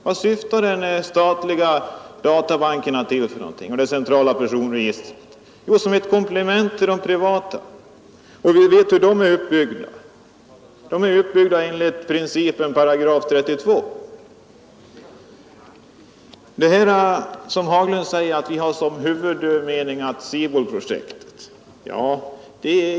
Vad syftar den statliga databanken och det centrala personregistret till? Jo, de måste vara komplement till de privata databankerna, och dessa är uppbyggda enligt principerna i paragraf 32. Herr Haglund tar vidare upp SIBOL-projektet.